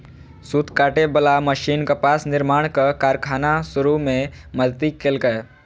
सूत काटे बला मशीन कपास निर्माणक कारखाना शुरू मे मदति केलकै